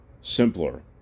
simpler